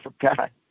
forgot